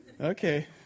Okay